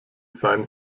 sein